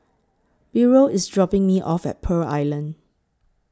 Burrel IS dropping Me off At Pearl Island